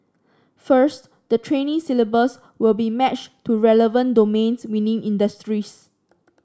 first the training syllabus will be matched to relevant domains within industries